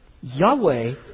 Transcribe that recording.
Yahweh